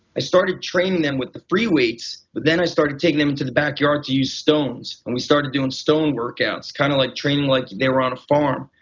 i started training them with the free weights but then i started taking them to the backyard to use stones. and we started doing stone workouts kind of like training like they were on a farm.